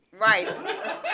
Right